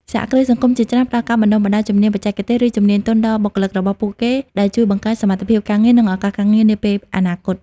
សហគ្រាសសង្គមជាច្រើនផ្តល់ការបណ្តុះបណ្តាលជំនាញបច្ចេកទេស ឬជំនាញទន់ដល់បុគ្គលិករបស់ពួកគេ ដែលជួយបង្កើនសមត្ថភាពការងារ និងឱកាសការងារនាពេលអនាគត។